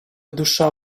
душа